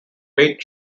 weight